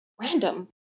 random